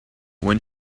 when